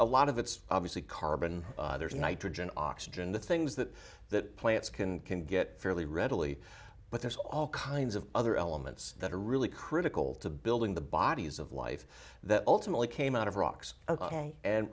a lot of it's obviously carbon there's nitrogen oxygen the things that that plants can can get fairly readily but there's all kinds of other elements that are really critical to building the bodies of life that ultimately came out of rocks and